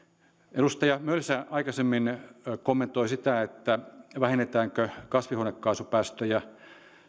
edustaja mölsä aikaisemmin kommentoi sitä vähennetäänkö kasvihuonekaasupäästöjä